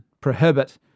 prohibit